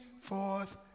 forth